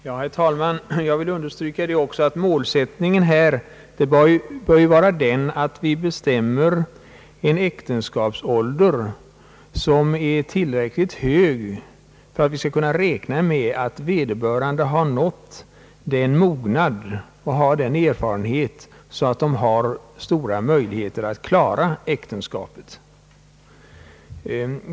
Herr talman! Jag vill än en gång understryka att målsättningen här bör vara att vi bestämmer en äktenskapsålder, som är tillräckligt hög för att vi skall kunna räkna med att vederbörande har nått den mognad och har den erfarenhet, som fordras för att klara äktenskapet.